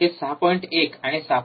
१ आणि ६